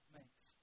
makes